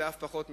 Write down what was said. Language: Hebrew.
ואף פחות מכך.